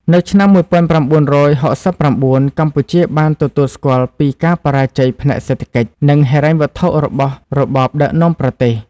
នៅឆ្នាំ១៩៦៩ កម្ពុជាបានទទួលស្គាល់ពីការបរាជ័យផ្នែកសេដ្ឋកិច្ច និងហិរញ្ញវត្ថុរបស់របបដឹកនាំប្រទេស។